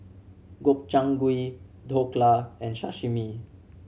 Gobchang Gui Dhokla and Sashimi